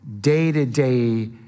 day-to-day